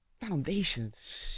Foundations